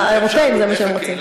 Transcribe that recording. האירופים, זה מה שהם רוצים.